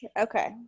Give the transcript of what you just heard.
Okay